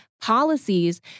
policies